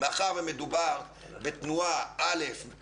מאחר שמדובר בתנועה עם